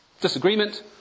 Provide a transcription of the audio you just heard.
disagreement